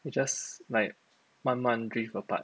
you just like 慢慢 drift apart